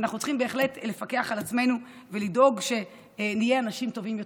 אנחנו צריכים בהחלט לפקח על עצמנו ולדאוג שנהיה אנשים טובים יותר.